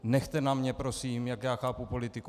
Nechte na mě prosím, jak já chápu politiku.